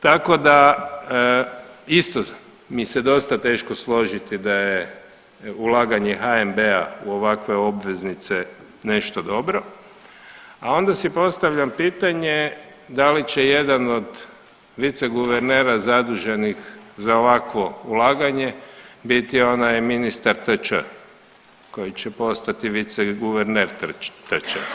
Tako da isto mi se dosta teško složiti da je ulaganje HNB-a u ovakve obveznice nešto dobro, a onda si postavljam pitanje da li će jedan od viceguvernera zaduženih za ovakvo ulaganje biti onaj ministar TČ koji će postati viceguverner TČ.